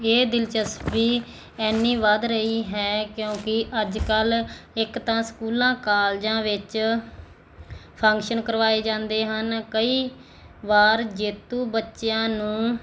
ਇਹ ਦਿਲਚਸਪੀ ਇੰਨੀ ਵਧ ਰਹੀ ਹੈ ਕਿਉਂਕਿ ਅੱਜ ਕੱਲ੍ਹ ਇੱਕ ਤਾਂ ਸਕੂਲਾਂ ਕਾਲਜਾਂ ਵਿੱਚ ਫੰਕਸ਼ਨ ਕਰਵਾਏ ਜਾਂਦੇ ਹਨ ਕਈ ਵਾਰ ਜੇਤੂ ਬੱਚਿਆਂ ਨੂੰ